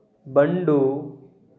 Bandu